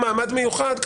מיוחד,